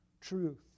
truth